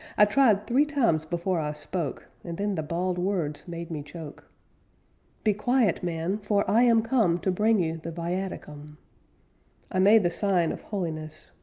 i tried three times before i spoke, and then the bald words made me choke be quiet, man, for i am come to bring you the viaticum i made the sign of holiness.